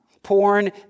Porn